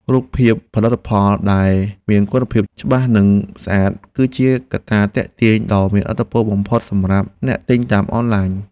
រូបភាពផលិតផលដែលមានគុណភាពច្បាស់និងស្អាត គឺជាកត្តាទាក់ទាញដ៏មានឥទ្ធិពលបំផុតសម្រាប់អ្នកទិញតាមអនឡាញ។